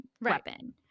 weapon